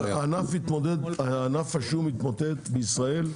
אבל ענף השום התמוטט בישראל,